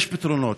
יש פתרונות.